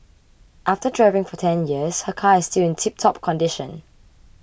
after driving for ten years her car is still in tiptop condition